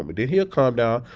um and he'll calm down.